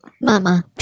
mama